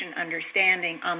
understanding